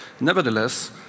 Nevertheless